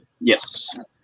Yes